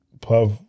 Puff